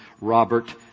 Robert